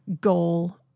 goal